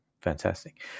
fantastic